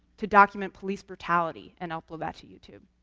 to document police brutality, and upload that to youtube.